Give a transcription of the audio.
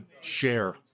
share